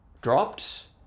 dropped